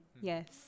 yes